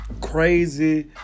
crazy